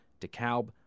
DeKalb